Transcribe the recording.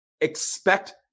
expect